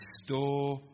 Restore